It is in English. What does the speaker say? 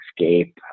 escape